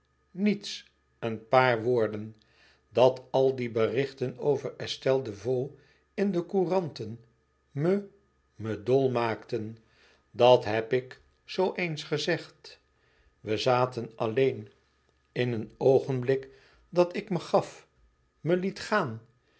niets een paar woorden dat al die berichten over estelle desvaux in de couranten me me dol maakten dat heb ik zoo eens gezegd we zaten alleen in een oogenblik dat ik me gaf me liet gaan